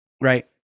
right